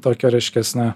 tokio reiškias na